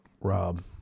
Rob